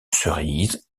cerise